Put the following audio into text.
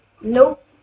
Nope